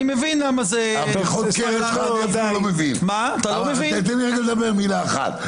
אני מבין למה זה --- תן לי רגע לדבר מילה אחת.